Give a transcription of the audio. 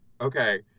okay